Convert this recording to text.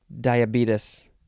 diabetes